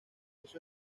eso